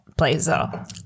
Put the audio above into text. blazer